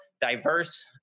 diverse